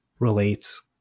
relates